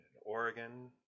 Oregon